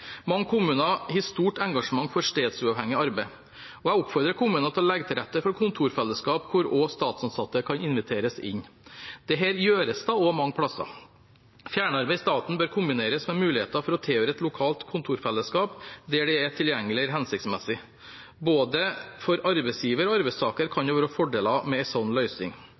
Mange kommuner har stort engasjement for stedsuavhengig arbeid, og jeg oppfordrer kommunene til å legge til rette for kontorfellesskap hvor også statsansatte kan inviteres inn. Dette gjøres også mange plasser. Fjernarbeid i staten bør kombineres med muligheter for å tilhøre et lokalt kontorfellesskap der det er tilgjengelig eller hensiktsmessig. Både for arbeidsgiver og for arbeidstaker kan det være fordeler med en sånn